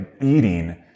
eating